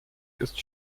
ist